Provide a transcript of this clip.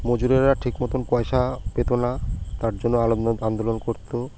মজুরেরা ঠিক মতন পয়সা পেত না তার জন্য আন্দোলন করত